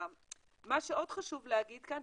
מה שעוד חשוב להגיד כאן,